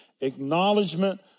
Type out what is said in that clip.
acknowledgement